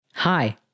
Hi